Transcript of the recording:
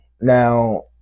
Now